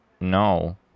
No